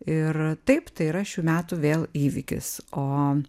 ir taip tai yra šių metų vėl įvykis o